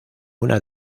una